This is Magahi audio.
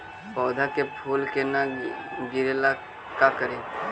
पौधा के फुल के न गिरे ला का करि?